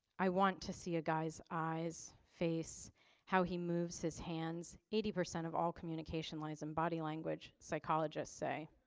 i want to see a guy's eyes face how he moves his hands. eighty percent of all communication lies in body language psychologists say